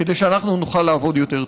כדי שאנחנו נוכל לעבוד יותר טוב.